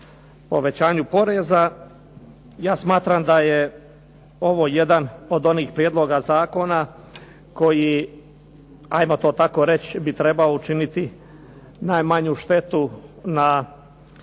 povećanju poreza. Ja smatram da je ovo jedan od onih prijedloga zakona koji, ajmo to tako reći, bi trebao učiniti najmanju štetu na